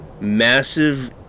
massive